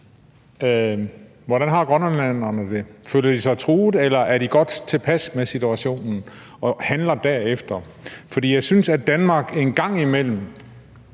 hvordan grønlænderne har det. Føler de sig truet, eller er de godt tilpas med situationen og handler derefter? For jeg synes, at Danmark en gang imellem